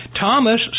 Thomas